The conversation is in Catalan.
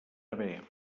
haver